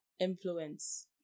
influence